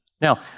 Now